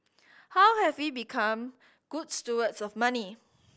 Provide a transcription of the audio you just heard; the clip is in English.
how have we become good stewards of money